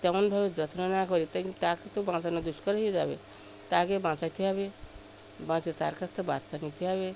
তেমনভাবে যত্ন না করি তাকে তো বাঁচানো দুষ্কর হয়ে যাবে তাকে বাঁচাতে হবে বাঁচিয়ে তার কাছ থেকে বাচ্চা নিতে হবে